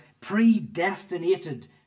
predestinated